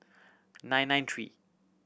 nine nine three